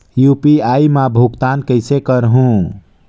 UPI मा भुगतान कइसे करहूं?